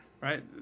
right